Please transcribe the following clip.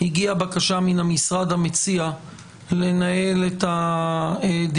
הגיעה בקשה מן המשרד המציע לנהל את הדיון,